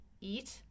eat